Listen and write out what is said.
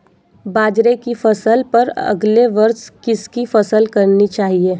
बाजरे की फसल पर अगले वर्ष किसकी फसल करनी चाहिए?